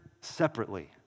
separately